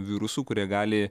virusų kurie gali